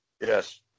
Yes